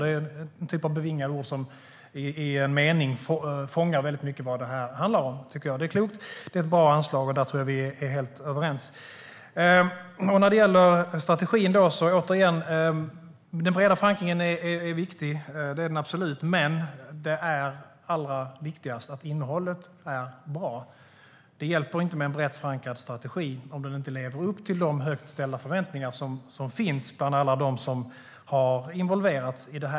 Det är en typ av bevingade ord som i en mening fångar väldigt mycket av vad det här handlar om. Jag tror att vi är helt överens om att det är ett bra anslag. Återigen: När det gäller strategin är den breda förankringen absolut viktig. Men det allra viktigaste är att innehållet är bra. Det hjälper inte med en brett förankrad strategi om den inte lever upp till de högt ställda förväntningar som finns bland alla dem som har involverats.